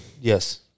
Yes